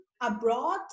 abroad